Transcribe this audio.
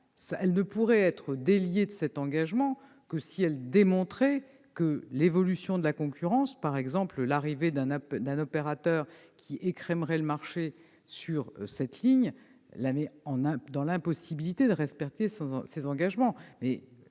Elle ne pourrait en être déliée que si elle démontrait que l'évolution de la concurrence, par exemple l'arrivée d'un opérateur qui écrémerait le marché sur cette ligne, la met dans l'impossibilité de respecter ses engagements.